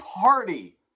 party